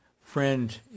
friend